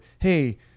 hey